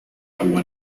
agua